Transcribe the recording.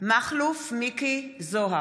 מכלוף מיקי זוהר,